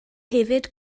hefyd